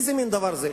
איזה מין דבר זה?